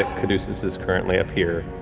caduceus is currently up here,